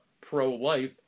pro-life